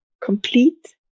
complete